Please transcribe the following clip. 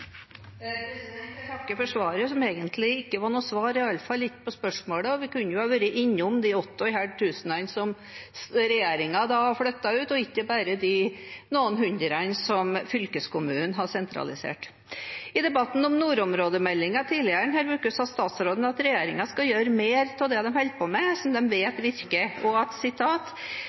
Jeg takker for svaret, som egentlig ikke var noe svar, i alle fall ikke på spørsmålet. Vi kunne jo ha vært innom de åtte og et halvt tusen som regjeringen har flyttet ut, og ikke bare de noen hundre som fylkeskommunene har sentralisert. I debatten om nordområdemeldingen tidligere denne uken sa statsråden at regjeringen skal gjøre mer av det de holder på med, som de vet virker, og at